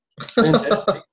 Fantastic